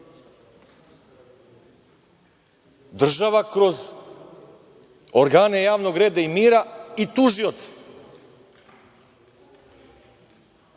država kroz organe javnog reda i mira i tužioci,